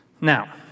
Now